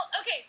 okay